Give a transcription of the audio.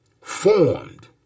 formed